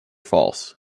false